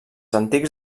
antics